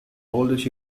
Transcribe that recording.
oldest